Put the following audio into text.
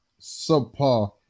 subpar